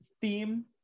theme